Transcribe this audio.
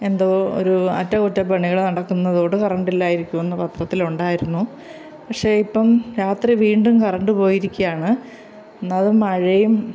എന്തോ ഒരു അറ്റകുറ്റപണികൾ നടക്കുന്നത് കൊണ്ട് കറണ്ടില്ലായിരിക്കുമെന്നു പത്രത്തിലുണ്ടായിരുന്നു പക്ഷെ ഇപ്പം രാത്രി വീണ്ടും കറണ്ട് പോയിരിക്കുകയാണ് ഒന്നാമത് മഴയും